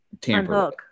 tamper